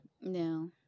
No